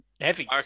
heavy